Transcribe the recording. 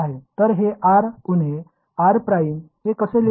तर हे r उणे r प्राइम हे कसे लिहू